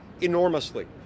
enormously